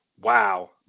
wow